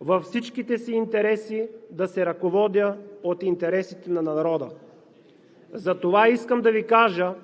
„във всичките си интереси да се ръководя от интересите на народа“. Затова искам да Ви кажа,